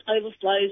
overflows